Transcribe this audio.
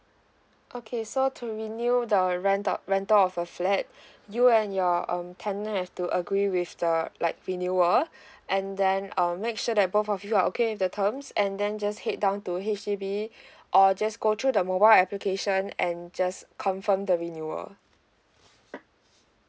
okay so to renew the rental rental of a flat you and your um tenant have to agree with the like renewal and then uh make sure that both of you are okay with the terms and then just head down to H_D_B or just go through the mobile application and just confirm the renewal